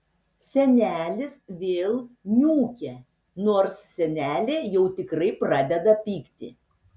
senelis vėl niūkia nors senelė jau tikrai pradeda pykti